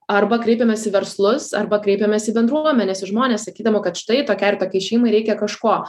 arba kreipiamės į verslus arba kreipiamės į bendruomenes žmonės sakydavo kad štai tokiai ir tokiai šeimai reikia kažko